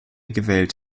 gewählt